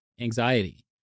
anxiety